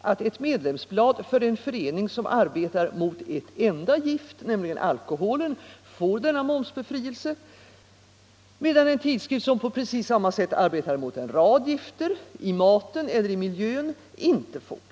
att ett medlemsblad för en förening som arbetar mot ett enda gift, nämligen alkoholen, får denna momsbefrielse, medan en tidskrift som på precis samma sätt arbetar mot en rad gifter i maten eller milj inte får det.